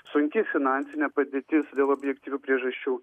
sunki finansinė padėtis dėl objektyvių priežasčių